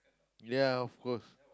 ya of course